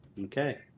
Okay